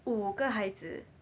五个孩子